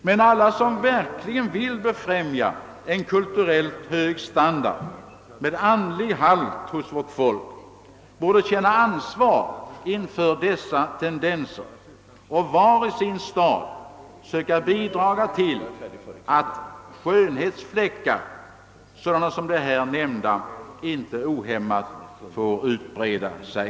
Men alla som verkligen vill befrämja en kulturellt sett hög standard med andlig halt hos vårt folk borde känna ansvar inför dessa tendenser, och var och en i sin stad söka bidraga till att skönhetsfläckar sådana som de nämnda inte ohämmat får utbreda sig.